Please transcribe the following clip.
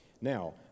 Now